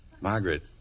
Margaret